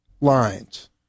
lines